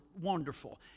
wonderful